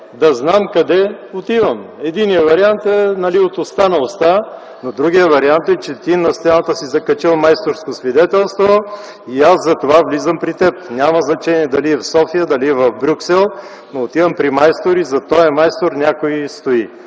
да знам къде отивам. Единият вариант е научавайки това от уста на уста, а другият вариант е, че ти на стената си закачил майсторско свидетелство и аз затова влизам при теб. Няма значение дали е в София или в Брюксел, но аз отивам при майстор, а зад този майстор стои